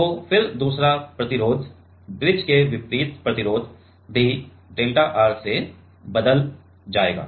तो फिर दूसरा प्रतिरोध ब्रिज के विपरीत प्रतिरोध भी डेल्टा R से बदल जाएगा